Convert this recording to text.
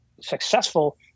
successful